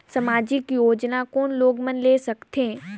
समाजिक योजना कोन लोग मन ले सकथे?